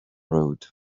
road